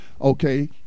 okay